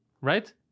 right